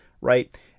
right